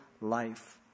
life